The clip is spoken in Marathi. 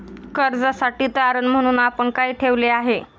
कर्जासाठी तारण म्हणून आपण काय ठेवले आहे?